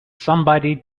somebody